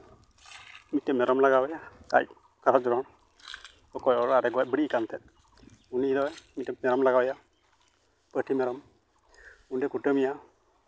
ᱢᱤᱫᱴᱮᱱ ᱢᱮᱨᱚᱢ ᱞᱟᱜᱟᱣ ᱮᱭᱟ ᱟᱡ ᱚᱠᱚᱭ ᱚᱲᱟᱜ ᱨᱮ ᱜᱚᱡ ᱵᱟᱹᱲᱤᱡ ᱟᱠᱟᱱ ᱛᱮ ᱩᱱᱤ ᱫᱚ ᱢᱤᱫᱴᱮᱱ ᱢᱮᱨᱚᱢ ᱞᱟᱜᱟᱣ ᱮᱭᱟ ᱯᱟᱴᱷᱤ ᱢᱮᱨᱚᱢ ᱩᱱᱤᱞᱮ ᱠᱩᱴᱟᱹᱢ ᱮᱭᱟ